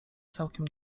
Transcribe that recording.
całkiem